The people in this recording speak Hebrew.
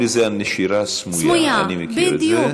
קוראים לזה "נשירה סמויה", אני מכיר את זה.